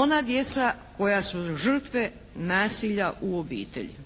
ona djeca koja su žrtve nasilja u obitelji.